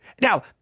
now